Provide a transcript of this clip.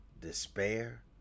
despair